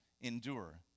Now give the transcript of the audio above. endure